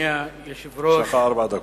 יש לך ארבע דקות.